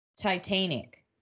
Titanic